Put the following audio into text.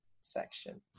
section